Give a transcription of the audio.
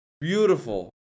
beautiful